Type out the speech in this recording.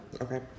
okay